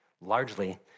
largely